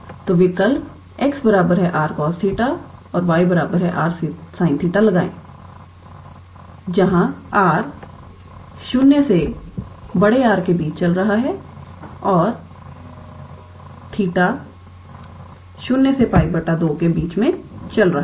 तो विकल्प 𝑥 𝑟 cos 𝜃 और 𝑦 𝑟 sin 𝜃 लगाएं जहां r 0 से बड़े R के बीच चल रहा है और 𝜃 0 से 𝜋 2 के बीच चल रहा है